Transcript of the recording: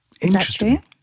interesting